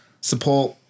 support